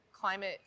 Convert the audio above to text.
climate